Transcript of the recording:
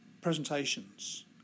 presentations